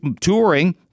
touring